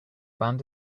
band